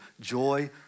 Joy